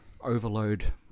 overload